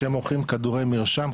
שמוכרים כדורי מרשם,